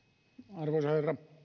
arvoisa herra